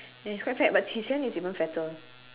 ya he's quite fat but qi xian is even fatter